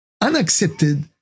unaccepted